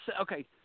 okay